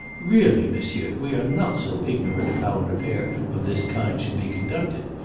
really, monsieur, we are not so ignorant of how an affair of this kind should be conducted.